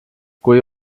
kui